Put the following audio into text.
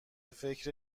فکر